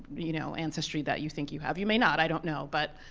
you know, ancestry that you think you have. you may not, i don't know. but,